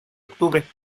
octubre